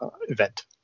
event